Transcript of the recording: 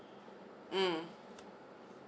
mm